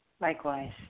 Likewise